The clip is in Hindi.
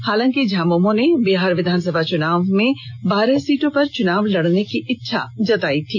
हालांकि झामुमो ने बिहार विधानसभा चुनाव में बारह सीटों पर चुनाव लड़ने की इच्छा जतायी थी